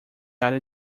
área